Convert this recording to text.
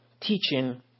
teaching